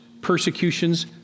persecutions